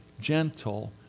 gentle